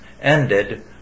ended